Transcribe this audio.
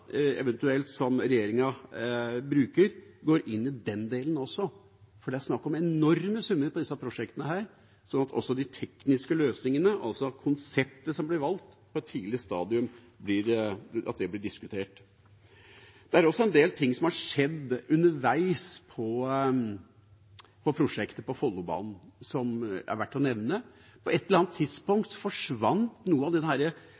som regjeringa eventuelt bruker, går inn i den delen også – for det er snakk om enorme summer på disse prosjektene – sånn at også de tekniske løsningene, altså konseptet som blir valgt, blir diskutert på et tidlig stadium. Det er også en del som har skjedd underveis på prosjektet på Follobanen, som det er verdt å nevne. På et eller annet tidspunkt forsvant det noe. Det